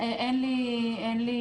אין לי הערות.